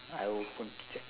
I open to check